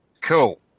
Cool